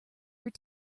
your